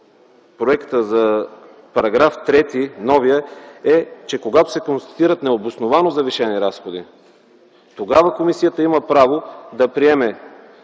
проекта за новия § 3, когато се констатират необосновано завишени разходи, тогава комисията има право да приеме